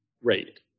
rate